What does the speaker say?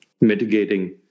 mitigating